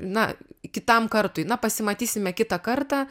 na kitam kartui na pasimatysime kitą kartą